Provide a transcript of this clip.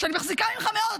שאני מחזיקה ממך מאוד,